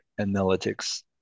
analytics